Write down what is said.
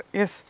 yes